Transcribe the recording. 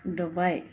Dubai